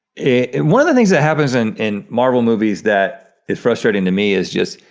and one of the things that happens in in marvel movies that is frustrating to me is just,